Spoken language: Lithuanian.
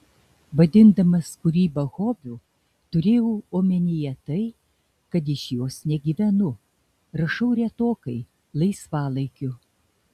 vadindamas kūrybą hobiu turėjau omenyje tai kad iš jos negyvenu rašau retokai laisvalaikiu